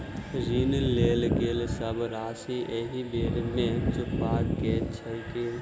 ऋण लेल गेल सब राशि एकहि बेर मे चुकाबऽ केँ छै की?